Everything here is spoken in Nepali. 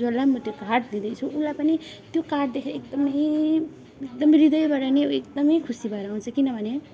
जसलाई म त्यो कार्ड दिँदैछु उसलाई पनि त्यो कार्ड देखेर एकदमै त्यो हृदयबाट नै उ एकदमै खुसी भएर आउँछ किनभने